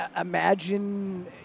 imagine